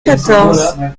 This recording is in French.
quatorze